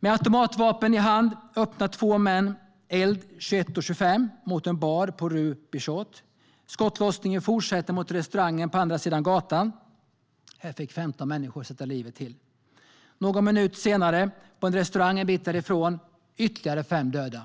Med automatvapen i hand öppnar två män eld 21.25 mot en bar på rue Bichat. Skottlossningen fortsätter mot restaurangen på andra sidan gatan. Där fick 15 människor sätta livet till. Någon minut senare dödas ytterligare fem människor på en restaurang en bit därifrån.